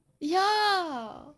ya